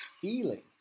feeling